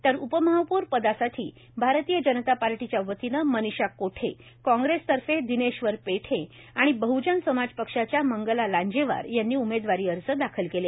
तर उपमहापौर पदासाठी भारतीय जनता पार्टीच्या वतीनं मनिषा कोठे कांग्रेसतर्फे दिनेश्वर पेठे आणि बहजन समाज पक्षाच्या मंगला लांजेवार यांनी उमेदवारी अर्ज दाखल केले